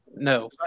no